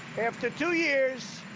after two years,